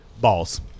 Balls